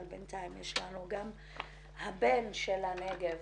אבל נמצא איתנו גם הבן של הנגב,